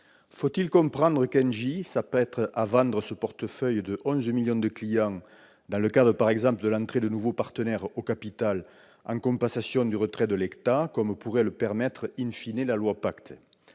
Faut-il comprendre qu'Engie s'apprête à vendre ce portefeuille de 11 millions de clients dans le cadre, par exemple, de l'entrée de nouveaux partenaires au capital en compensation du retrait de l'État, comme pourrait le permettre le projet de loi relatif